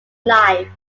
life